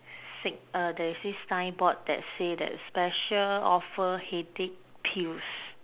thick err there is this signboard that say that is special offer headache pills